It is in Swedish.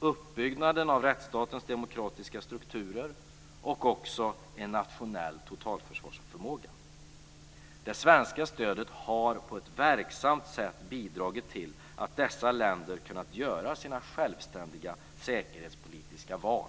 uppbyggnaden av rättsstatens demokratiska strukturer samt en nationell totalförsvarsförmåga. Det svenska stödet har på ett verksamt sätt bidragit till att dessa länder har kunnat göra sina självständiga säkerhetspolitiska val.